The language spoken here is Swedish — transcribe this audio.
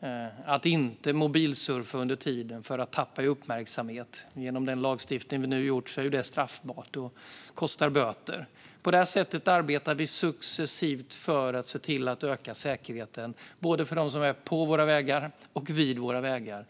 och att inte mobilsurfa under tiden så att man tappar i uppmärksamhet. Genom den lagstiftning vi nu har gjort är detta straffbart och kostar böter. På det här sättet arbetar vi successivt för att öka säkerheten både för dem som kör på våra vägar och för dem som arbetar vid våra vägar.